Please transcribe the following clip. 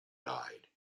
died